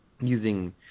using